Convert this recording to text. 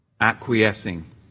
acquiescing